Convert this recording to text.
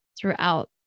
throughout